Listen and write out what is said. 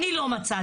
אני לא מצאתי,